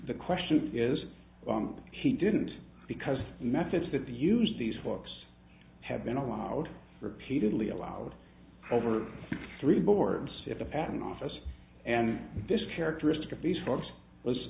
the question is why he didn't because the methods that they use these folks have been allowed repeatedly allowed over three boards at the patent office and this characteristic of these folks was